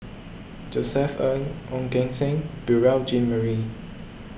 Josef Ng Ong Keng Sen Beurel Jean Marie